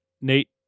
Nate